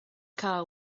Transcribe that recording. car